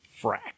Frack